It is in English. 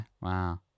wow